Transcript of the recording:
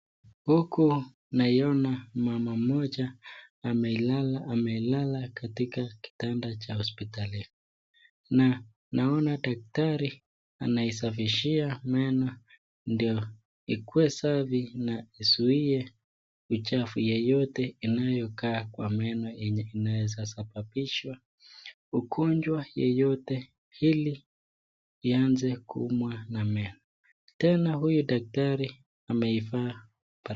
Huku naiona mama mmoja amelala katika kitanda cha hospitali na naona daktari anaisafishia meno ndio ikuwe safi na isuie uchafu yeyote inayokaa kwa meno yenye inaweza sababishwa. Ugonjwa yeyote ili ianze kuumwa na meno. Tena huyu daktari ameivaa barakoa.